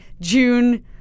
June